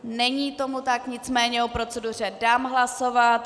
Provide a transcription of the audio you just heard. Není tomu tak, nicméně o proceduře dám hlasovat.